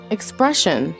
Expression